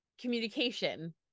communication